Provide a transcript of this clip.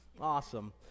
Awesome